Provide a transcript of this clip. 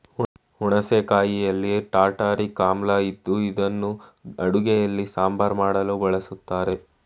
ಹುಣಸೆ ಕಾಯಿಯಲ್ಲಿ ಟಾರ್ಟಾರಿಕ್ ಆಮ್ಲ ಇದ್ದು ಇದನ್ನು ಅಡುಗೆಯಲ್ಲಿ ಸಾಂಬಾರ್ ಮಾಡಲು ಬಳಸ್ತರೆ